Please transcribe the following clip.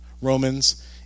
Romans